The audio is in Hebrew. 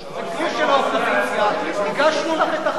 של האופוזיציה, הגשנו לך את החתימות.